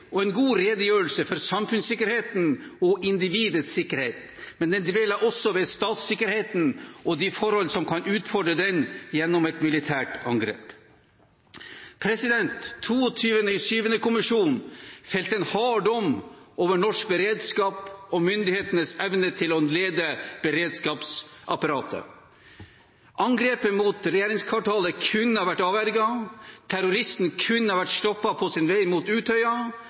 og en god redegjørelse for samfunnssikkerheten og individets sikkerhet, men den dveler også ved statssikkerheten og de forhold som kan utfordre den gjennom et militært angrep. 22. juli-kommisjonen felte en hard dom over norsk beredskap og myndighetenes evne til å lede beredskapsapparatet. Angrepet mot regjeringskvartalet kunne ha vært avverget, terroristen kunne ha vært stoppet på sin vei mot Utøya